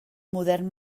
modern